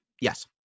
Yes